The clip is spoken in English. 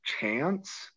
chance